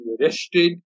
arrested